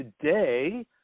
Today